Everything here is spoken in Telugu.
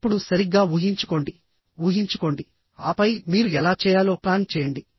ఇప్పుడుసరిగ్గా ఊహించుకోండి ఊహించుకోండి ఆపై మీరు ఎలా చేయాలో ప్లాన్ చేయండి